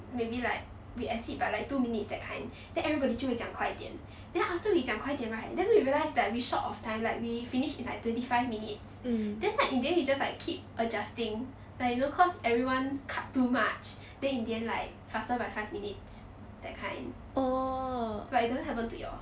maybe like we exceed by like two minutes that kind then everybody 就会讲快点 then after we 讲快点 right then we realised that we short of time like we finished in like twenty five minutes then like in the end you just like keep adjusting like you know cause everyone cut too much then in the end like faster by five minutes that kind it doesn't happen to y'all